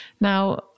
Now